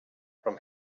from